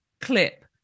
clip